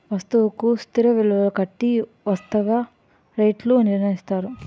వస్తువుకు స్థిర విలువ కట్టి వాస్తవ రేట్లు నిర్ణయిస్తారు